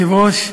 אדוני היושב-ראש,